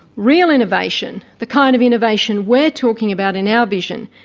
real innovation, the kind of innovation we're talking about in our vision,